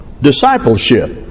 Discipleship